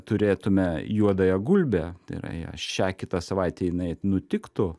turėtume juodąją gulbę tai yra ją šią kitą savaitę jinai nutiktų